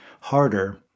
harder